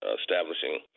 establishing